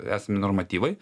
esami normatyvai